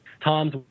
Tom's